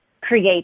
create